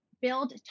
build